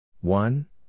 One